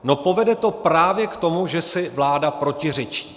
No, povede to právě k tomu, že si vláda protiřečí.